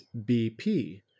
BP